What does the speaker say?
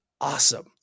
awesome